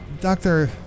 doctor